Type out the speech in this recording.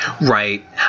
Right